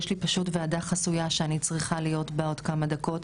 יש לי פשוט ועדה חסויה שאני צריכה להיות בה עוד כמה דקות.